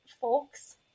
folks